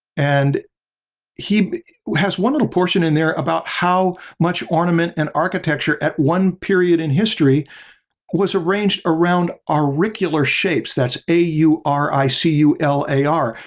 and he has one little portion in there about how much ornament and architecture at one period in history was arranged around auricular shapes, that's a u r i c u l a r.